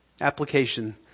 Application